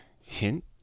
hint